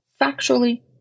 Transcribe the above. factually